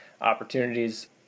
opportunities